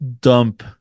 dump